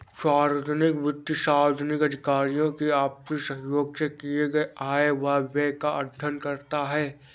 सार्वजनिक वित्त सार्वजनिक अधिकारियों की आपसी सहयोग से किए गये आय व व्यय का अध्ययन करता है